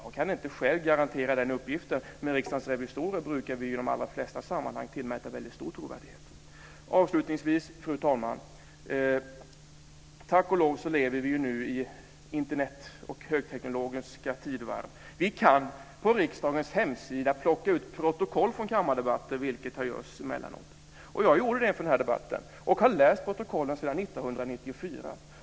Jag kan inte själv garantera den uppgiften, men Riksdagens revisorer brukar vi ju i de allra flesta sammanhangen tillmäta väldigt stor trovärdighet. Fru talman! Avslutningsvis lever vi nu tack och lov i högteknologiska tidevarv med Internet. Vi kan på riksdagens hemsida plocka ut protokoll från kammardebatter, vilket görs emellanåt. Och jag gjorde det inför denna debatt och har läst protokollen sedan 1994.